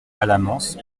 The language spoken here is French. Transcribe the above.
alamans